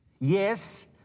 Yes